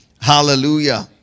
Hallelujah